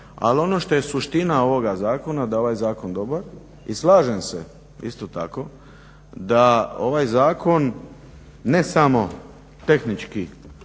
ali ono što je suština ovoga zakona da je ovaj zakon dobar. I slažem se isto tako da ovaj zakon ne samo tehnički